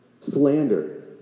Slander